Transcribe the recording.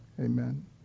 Amen